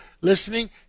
listening